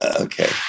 Okay